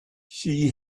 she